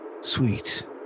sweet